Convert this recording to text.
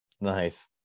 Nice